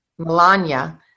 Melania